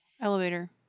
elevator